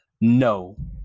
No